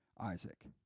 Isaac